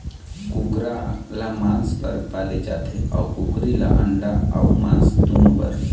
कुकरा ल मांस बर पाले जाथे अउ कुकरी ल अंडा अउ मांस दुनो बर